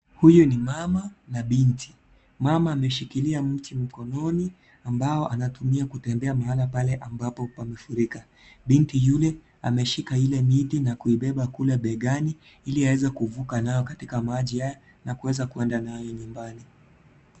Huyu ni mama na binti, mama ameshikilia mti mkononi ambao anatumia kutembea mahali pale ambapo pamefurika. Binti Yule ameshika Ile mti na kuibeba kule begani ili akaweze kuvuka nayo katika maji haya na kueza kuenda nayo nyumbani.